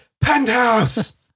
Penthouse